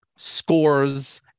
scores